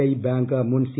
I bank മുൻ C